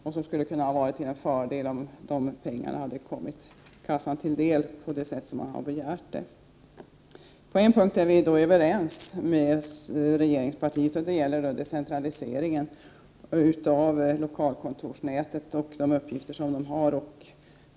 Det hade varit en fördel om kassan hade fått de pengar som den har begärt för detta ändamål. På en punkt är vi överens med regeringspartiet, nämligen om decentraliseringen av lokalkontorsnätet och dess uppgifter.